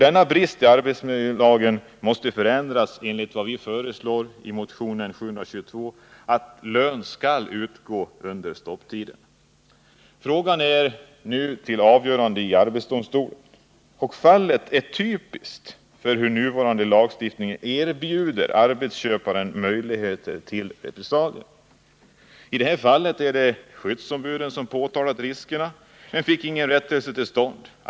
Denna brist i arbetsmiljölagen måste åtgärdas i enlighet med vad vi föreslår i motionen 792, nämligen att lön skall utgå under stopptid. Frågan är nu uppe till avgörande i arbetsdomstolen. Fallet är typiskt för hur nuvarande lagstiftning erbjuder arbetsgivarna möjligheter till repressalier. I det aktuella fallet var det skyddsombuden som påtalade riskerna, men de fick ingen rättelse till stånd.